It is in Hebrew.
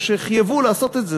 או שחייבו, לעשות את זה.